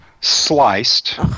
sliced